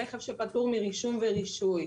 רכב שפטור מרישום ורישוי,